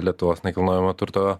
lietuvos nekilnojamo turto